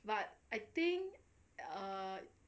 but I think uh